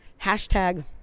Hashtag